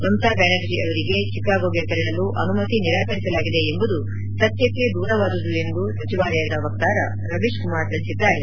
ಮಮತಾ ಬ್ಲಾನರ್ಜಿ ಅವರಿಗೆ ಚಿಕಾಗೋಗೆ ತೆರಳಲು ಅನುಮತಿ ನಿರಾಕರಿಸಲಾಗಿದೆ ಎಂಬುದು ಸತ್ಯಕ್ಕೆ ದೂರವಾದುದು ಎಂದು ಸಚಿವಾಲಯದ ವಕ್ಷಾರ ರವೀಶ್ ಕುಮಾರ್ ತಿಳಿಸಿದ್ದಾರೆ